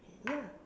ya